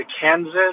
Kansas